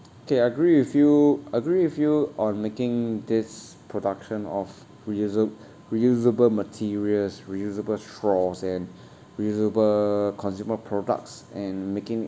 K I agree with you agree with you on making this production of reusa~ reusable materials reusable straws and reusable consumer products and making